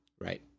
right